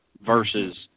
versus